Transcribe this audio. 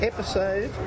Episode